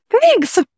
Thanks